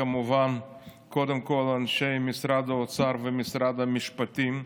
קודם כול, לאנשי משרד האוצר ומשרד המשפטים,